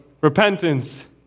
repentance